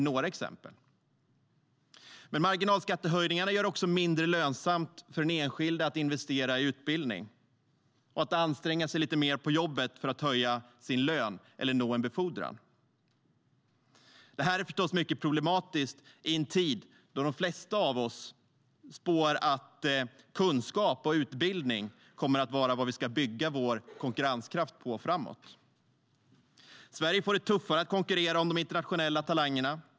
Men marginalskattehöjningarna gör det också mindre lönsamt för den enskilde att investera i utbildning och att anstränga sig lite mer på jobbet för att höja sin lön eller nå en befordran. Detta är förstås mycket problematiskt i en tid då de flesta av oss spår att kunskap och utbildning kommer att vara vad vi ska bygga vår konkurrenskraft på framåt. Sverige får det tuffare att konkurrera om de internationella talangerna.